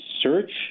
search